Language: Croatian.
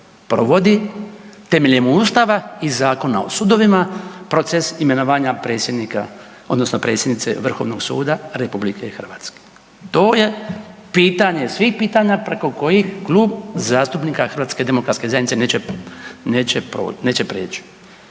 provodi temeljem Ustava i Zakona o sudovima, proces imenovanja predsjednika odnosno predsjednice Vrhovnog suda RH. To je pitanje svih pitanja preko kojeg Klub zastupnika HDZ-a neće prijeći.